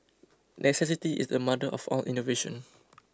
necessity is the mother of all innovation